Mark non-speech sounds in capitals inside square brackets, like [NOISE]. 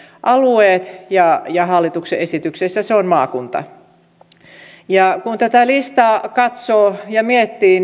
alueet ja ja hallituksen esityksessä se on maakunta kun tätä listaa katsoo ja miettii [UNINTELLIGIBLE]